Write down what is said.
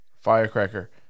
Firecracker